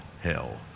hell